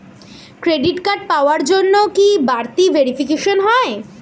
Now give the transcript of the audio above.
Credit card পাওয়ার জন্য কি বাড়িতে ভেরিফিকেশন হয়?